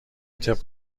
طبق